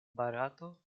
barato